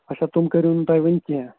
اَچھا تِم کٔرۍوٕ نہٕ تۄہہِ وُنہِ کیٚنٛہہ